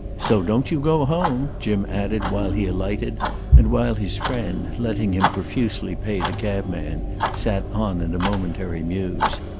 so don't you go home! jim added while he alighted and while his friend, letting him profusely pay the cabman, sat on in a momentary muse.